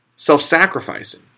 self-sacrificing